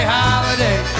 holiday